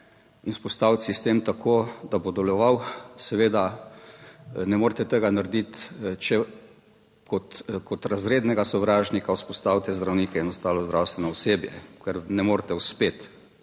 in vzpostaviti sistem tako, da bo deloval. Seveda ne morete tega narediti, če, kot razrednega sovražnika vzpostavite zdravnike in ostalo zdravstveno osebje, ker ne morete uspeti.